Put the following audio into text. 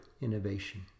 innovation